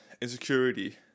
insecurity